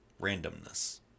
Randomness